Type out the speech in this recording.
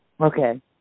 Okay